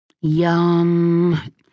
Yum